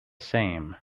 same